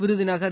Virudhunagar